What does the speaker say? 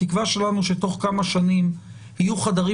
התקווה שלנו היא שתוך כמה שנים יהיו חדרים